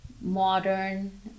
Modern